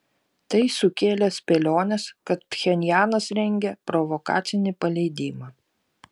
tai sukėlė spėliones kad pchenjanas rengia provokacinį paleidimą